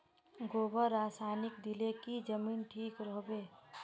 गोबर रासायनिक दिले की जमीन ठिक रोहबे?